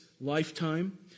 lifetime